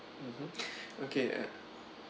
mmhmm okay